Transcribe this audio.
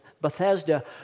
Bethesda